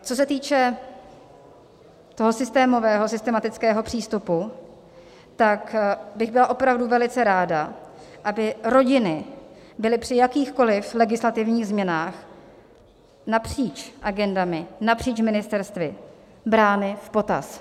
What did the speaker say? Co se týče toho systémového, systematického přístupu, tak bych byla opravdu velice ráda, aby rodiny byly při jakýchkoli legislativních změnách napříč agendami, napříč ministerstvy brány v potaz.